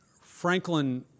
Franklin